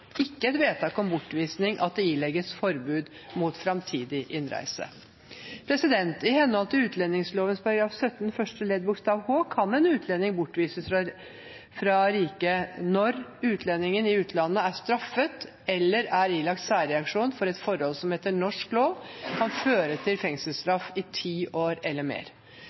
ikke et vedtak om bortvisning at det ilegges forbud mot fremtidig innreise. I henhold til utlendingsloven § 17 første ledd bokstav h kan en utlending bortvises fra riket «når utlendingen i utlandet er straffet eller er ilagt særreaksjon for et forhold som etter norsk lov kan føre til fengselsstraff i ti år eller mer».